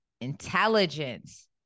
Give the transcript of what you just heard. intelligence